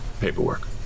Paperwork